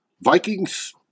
Vikings